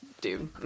dude